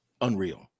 unreal